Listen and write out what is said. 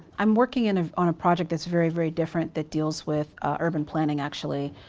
i'm working and on a project that's very, very different that deals with ah urban planning actually.